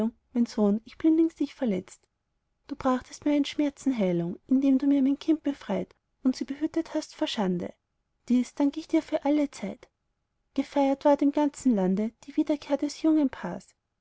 mein sohn ich blindlings dich verletzt du brachtest meinen schmerzen heilung indem du mir mein kind befreit und sie behütet hast vor schande dies dank ich dir für alle zeit gefeiert ward im ganzen lande die wiederkehr des jungen paars